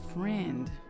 friend